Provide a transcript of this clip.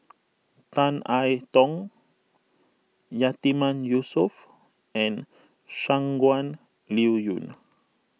Tan I Tong Yatiman Yusof and Shangguan Liuyun